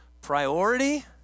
priority